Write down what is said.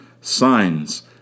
signs